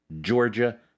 Georgia